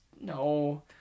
no